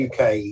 uk